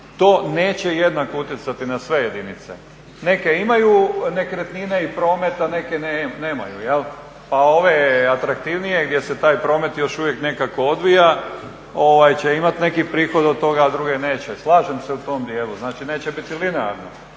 to neće jednako utjecati na sve jedinice. Neke imaju nekretnine i promet, a neke nemaju. Pa ove atraktivnije gdje se taj promet još uvijek nekako odvija će imati neki prihod od toga, druge neće. Slažem se u tom dijelu, znači neće biti linearno,